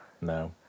No